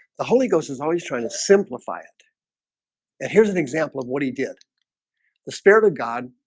the holy ghost is always trying to simplify it and here's an example of what he did the spirit of god